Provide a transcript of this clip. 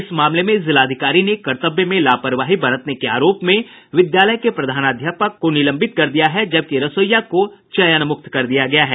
इस मामले में जिलाधिकारी ने कर्तव्य में लापरवाही बरतने के आरोप में विद्यालय के प्रधानाध्यापक को निलंबित कर दिया है जबकि रसोईया को चयनमुक्त कर दिया गया है